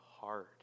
hard